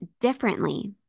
differently